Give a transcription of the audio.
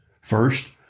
First